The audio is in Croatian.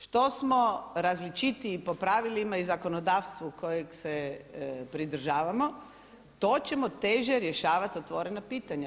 Što smo različitiji po pravilima i zakonodavstvu kojeg se pridržavamo to ćemo teže rješavati otvorena pitanja.